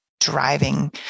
driving